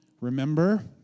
Remember